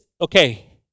okay